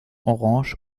orange